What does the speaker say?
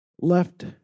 left